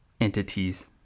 entities